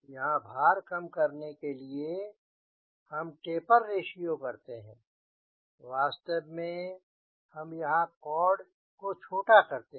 यहाँ भार कम करने के लिए हम टेपर रेश्यो करते हैं वास्तव में हम यहाँ कॉर्ड को छोटा करते हैं